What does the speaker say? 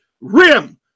Rim